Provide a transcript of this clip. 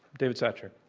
david satcher.